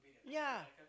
ya